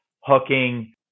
hooking